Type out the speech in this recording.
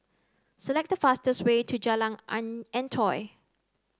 select the fastest way to Jalan Antoi